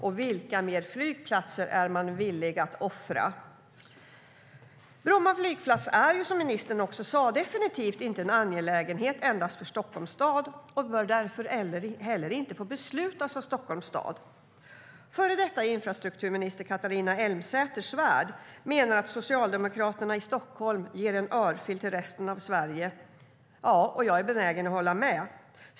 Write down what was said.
Och vilka ytterligare flygplatser är man villig att offra? Bromma flygplats är, som ministern också sade, definitivt inte en angelägenhet endast för Stockholms stad och bör därför inte heller få beslutas av Stockholms stad. Före detta infrastrukturminister Catharina Elmsäter-Svärd menar att Socialdemokraterna i Stockholm ger en örfil till resten av Sverige, och jag är benägen att hålla med.